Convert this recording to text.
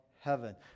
heaven